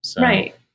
Right